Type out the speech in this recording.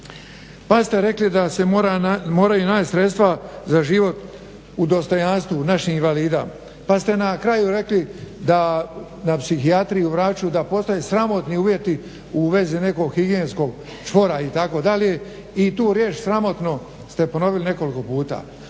pa ste rekli da se moraju naći sredstva za život u dostojanstvu naših invalida, pa ste na kraju rekli da Psihijatriji u Vrapču da postoje sramotni uvjeti u vezi nekog higijenskog čvora itd. i tu riječ sramotno ste ponovili nekoliko puta.